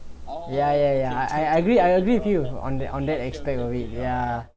ya ya ya I I agree I agree with you on that on that aspect of it ya